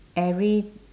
every